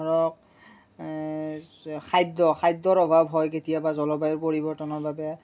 ধৰক খাদ্য খাদ্যৰ অভাৱ হয় কেতিয়াবা জলবায়ু পৰিৱৰ্তনৰ বাবে